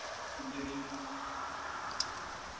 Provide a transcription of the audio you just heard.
جس